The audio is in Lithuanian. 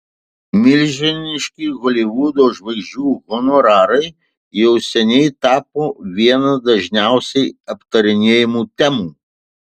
milžiniški holivudo žvaigždžių honorarai jau seniai tapo viena dažniausiai aptarinėjamų temų